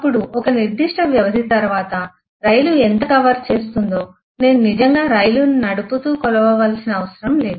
అప్పుడు ఒక నిర్దిష్ట వ్యవధి తరువాత రైలు ఎంత కవర్ చేస్తుందో నేను నిజంగా రైలును నడుపుతూ కొలవవలసిన అవసరం లేదు